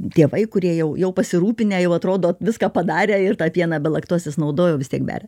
tėvai kurie jau jau pasirūpinę jau atrodo viską padarę ir tą pieną be laktozės naudojo vis tiek beria